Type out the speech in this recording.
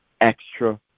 extra